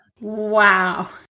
Wow